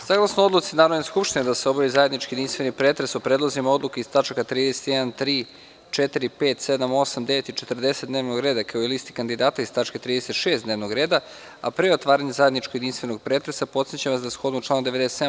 Saglasno odluci Narodne skupštine da se obavi zajednički i jedinstveni pretres o predlozima odluka iz tačaka 31, 33, 34, 35, 37, 38, 39. i 40. dnevnog reda, kao i listi kandidata iz tačke 36. dnevnog reda, a pre otvaranja zajedničkog i jedinstvenog pretresa, podsetiću vas da shodno članu 97.